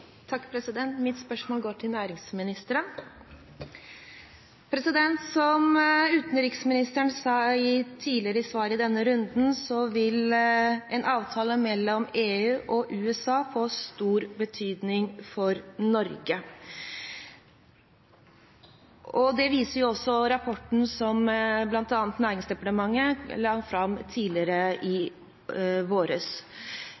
Mitt spørsmål går til næringsministeren. Som utenriksministeren sa i et tidligere svar i denne runden, vil en avtale mellom EU og USA få stor betydning for Norge. Det viser også rapporten som bl.a. Næringsdepartementet la fram tidligere